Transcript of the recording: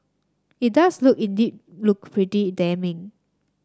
it does look indeed look pretty damning